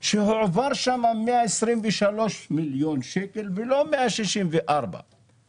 שהועברו שם 123 מיליון שקלים ולא 164 מיליון שקלים.